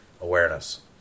awareness